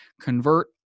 Convert